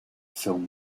film